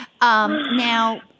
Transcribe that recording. Now